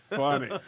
funny